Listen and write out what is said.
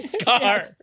scar